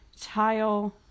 tile